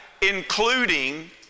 including